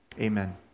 Amen